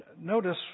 Notice